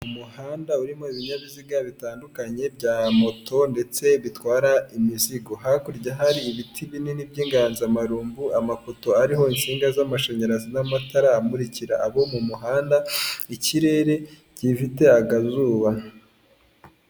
Umuhanda urimo ibinyabiziga bitandukanye bya moto ndetse bitwara imizigo hakurya hari ibiti binini by'inganzamarumbu, amapoto ariho insinga z'amashanyarazi n'amatara amurikira abo mu muhanda ikirere gifite akazuba.